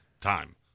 time